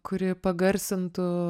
kuri pagarsintų